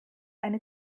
eine